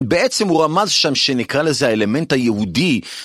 בעצם, הוא רמז שם, שנקרא לזה, האלמנט היהודי,